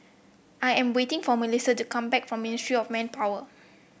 I am waiting for MelissiA to come back from Ministry of Manpower